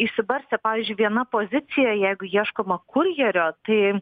išsibarstę pavyzdžiui viena pozicija jeigu ieškoma kurjerio tai